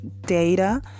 data